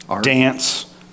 dance